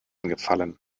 gefallen